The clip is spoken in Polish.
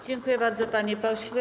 Dziękuję bardzo, panie pośle.